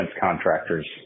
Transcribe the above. contractors